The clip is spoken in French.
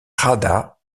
rada